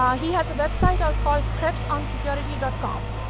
um he has a website out called krebsonsecurity and com.